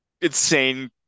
insane